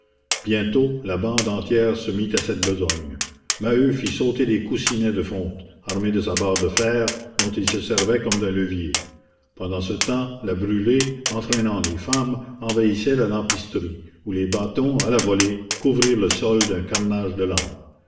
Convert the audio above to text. bientôt la bande entière se mit à cette besogne maheu fit sauter des coussinets de fonte armé de sa barre de fer dont il se servait comme d'un levier pendant ce temps la brûlé entraînant les femmes envahissait la lampisterie où les bâtons à la volée couvrirent le sol d'un carnage de lampes